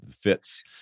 fits